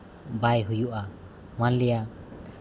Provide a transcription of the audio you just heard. ᱵᱟᱭ ᱦᱩᱭᱩᱜᱼᱟ ᱢᱟᱱᱞᱤᱭᱟ